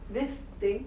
this thing